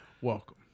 Welcome